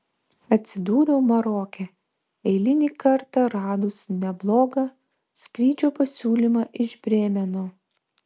atsidūriau maroke eilinį kartą radus neblogą skrydžio pasiūlymą iš brėmeno